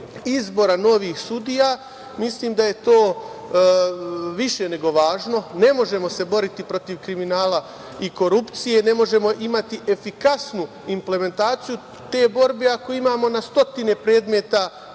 izbora novih sudija, mislim da je to više nego važno. Ne možemo se boriti protiv kriminala i korupcije, ne možemo imati efikasnu implementaciju te borbe ako imamo na stotine predmeta